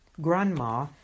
Grandma